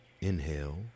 inhale